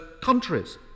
countries